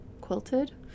quilted